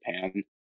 Japan